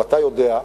ואתה יודע,